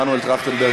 מנואל טרכטנברג,